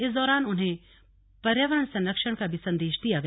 इस दौरान उन्हें पर्यावरण संरक्षण का संदेश भी दिया गया